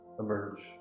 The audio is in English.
emerge